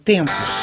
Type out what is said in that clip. Tempos